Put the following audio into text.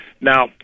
Now